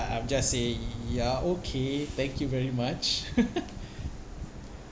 I'm just say y~ ya okay thank you very much